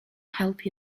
help